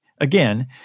Again